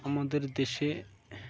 আমাদের দেশে